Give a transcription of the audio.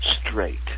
straight